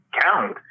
count